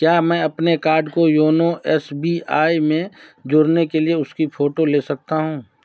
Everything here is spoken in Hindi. क्या मैं अपने कार्ड को योनो एस बी आई में जोड़ने के लिए उसकी फ़ोटो ले सकता हूँ